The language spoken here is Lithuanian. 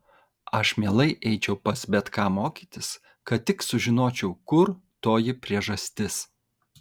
aš mielai eičiau pas bet ką mokytis kad tik sužinočiau kur toji priežastis